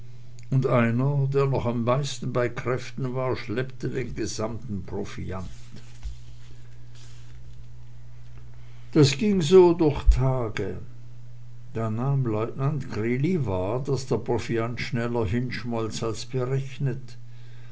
und einer der noch am meisten bei kräften war schleppte den gesamten proviant das ging so durch tage da nahm leutnant greeley wahr daß der proviant schneller hinschmolz als berechnet